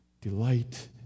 delight